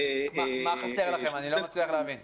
מה חסר לכם, אני לא מצליח להבין?